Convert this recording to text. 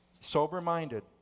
Sober-minded